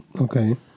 Okay